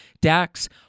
Dax